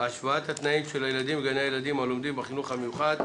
השוואת התנאים של הילדים בגני הילדים הלומדים בחינוך המיוחד,